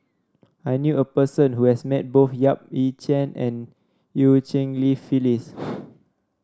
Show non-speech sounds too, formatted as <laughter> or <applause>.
I knew a person who has met both Yap Ee Chian and Eu Cheng Li Phyllis <noise>